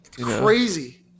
Crazy